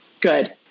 Good